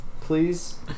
please